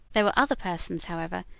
there were other persons, however,